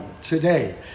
today